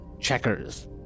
Checkers